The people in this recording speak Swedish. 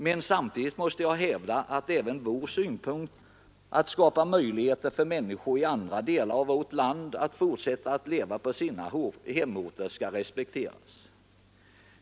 Men samtidigt måste jag hävda att även vår synpunkt, att skapa möjligheter för människor i andra delar av vårt land att fortsätta att leva på sina hemorter, skall respekteras.